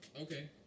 okay